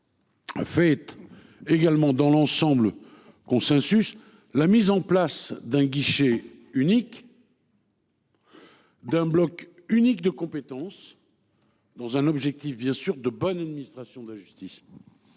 fait également globalement consensus, à savoir la mise en place d'un guichet unique, d'un bloc unique de compétences, dans un objectif, bien sûr, de bonne administration de la justice.